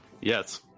Yes